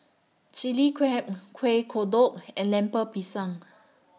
Chili Crab Kueh Kodok and Lemper Pisang